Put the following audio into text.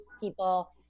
people